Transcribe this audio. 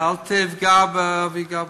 אל תפגע באבי גבאי.